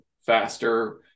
faster